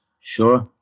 Sure